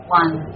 one